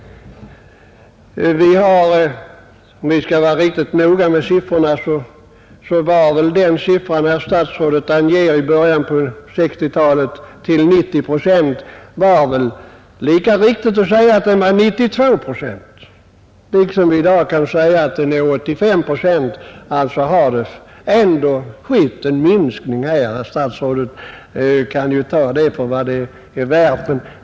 Om vi skall vara riktigt noga med siffror kan väl den siffra på 90 procent som herr statsrådet angav från början av 1960-talet lika väl vara 92 procent liksom vi i dag kan säga att den är 85 procent. Det har ändå skett en minskning. Herr statsrådet kan ju ta det för vad det är.